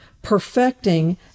perfecting